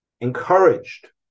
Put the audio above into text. encouraged